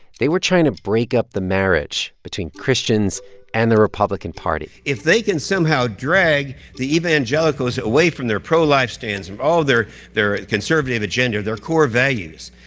they were trying to break up the marriage between christians and the republican party if they can somehow drag the evangelicals away from their pro-life stance, of all their their conservative agenda, their core values,